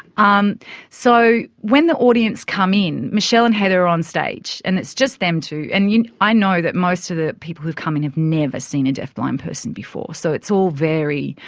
um so when the audience come in, michelle and heather are on stage and it's just them two and you know i know that most of the people who have come in have never seen a deafblind person before, so it's all very,